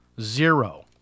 zero